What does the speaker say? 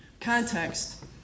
Context